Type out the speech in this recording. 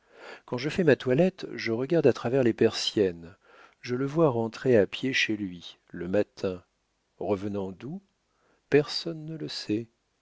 quand je fais ma toilette je regarde à travers les persiennes je le vois rentrer à pied chez lui le matin revenant d'où personne ne le sait